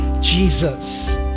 Jesus